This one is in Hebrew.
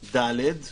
(ד),